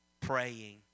Praying